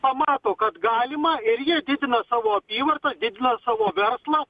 pamato kad galima ir jie didina savo apyvartą didina savo verslą